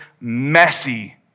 messy